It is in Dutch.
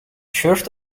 shirt